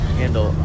handle